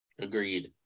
agreed